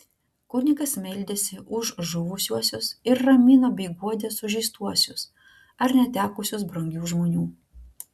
kunigas meldėsi už žuvusiuosius ir ramino bei guodė sužeistuosius ar netekusius brangių žmonių